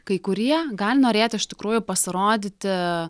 kai kurie gali norėti iš tikrųjų pasirodyti